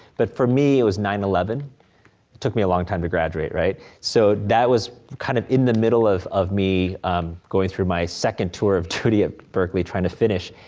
but for me it was nine eleven. it took me a long time to graduate, right. so, that was kind of in the middle of of me um going through my second tour of duty at berkeley, trying to finish.